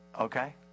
Okay